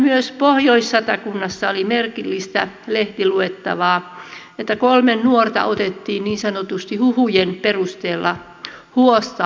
myös pohjois satakunnassa oli merkillistä lehtiluettavaa että kolme nuorta otettiin niin sanotusti huhujen perusteella huostaan